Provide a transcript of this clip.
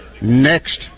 next